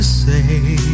say